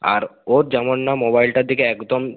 আর ওর যেমন না মোবাইলটার দিকে একদম